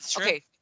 Okay